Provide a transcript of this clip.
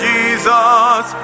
Jesus